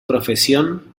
profesión